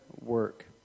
work